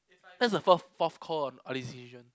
that's the forth call on